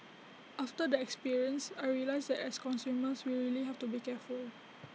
after the experience I realised that as consumers we really have to be careful